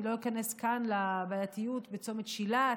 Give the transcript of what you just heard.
אני לא איכנס כאן לבעייתיות בצומת שילת,